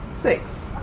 Six